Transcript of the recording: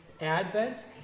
Advent